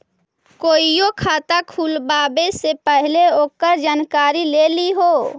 कोईओ खाता खुलवावे से पहिले ओकर जानकारी ले लिहें